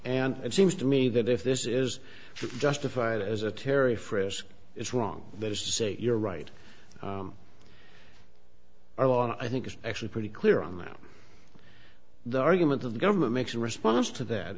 and it seems to me that if this is justified as a terry frisk it's wrong that is to say you're right our law i think is actually pretty clear on that the argument of the government makes in response to that